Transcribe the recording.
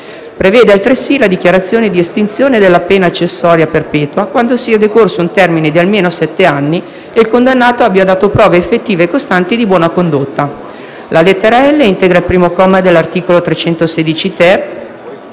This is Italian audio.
prevede altresì la dichiarazione di estinzione della pena accessoria perpetua quando sia decorso un termine di almeno sette anni e il condannato abbia dato prove effettive e costanti di buona condotta. La lettera *l)* integra il primo comma dell'articolo 316-*ter*